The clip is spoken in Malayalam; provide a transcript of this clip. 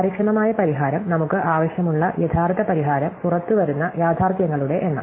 കാര്യക്ഷമമായ പരിഹാരം നമുക്ക് ആവശ്യമുള്ള യഥാർത്ഥ പരിഹാരം പുറത്തുവരുന്ന യാഥാർത്ഥ്യങ്ങളുടെ എണ്ണം